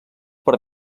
per